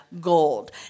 gold